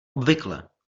obvykle